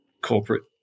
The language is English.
corporate